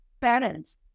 parents